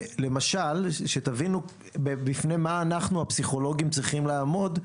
שתבינו בפני מה אנחנו הפסיכולוגים צריכים לעמוד,